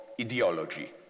ideology